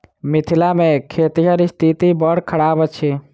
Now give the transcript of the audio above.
मिथिला मे खेतिहरक स्थिति बड़ खराब अछि